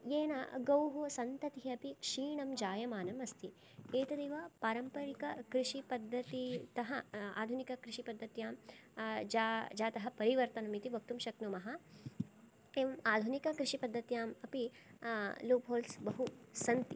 येन गौः सन्ततिः अपि क्षीणं जायमानम् अस्ति एतदेव पारम्परिककृषि पद्धतितः आधुनिककृषिपद्धत्यां जातः परिवर्तनम् इति वक्तुं शक्नुमः एवम् आधुनिककृषिपद्धत्याम् अपि लूप् होल्स् बहु सन्ति